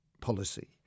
policy